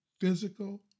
Physical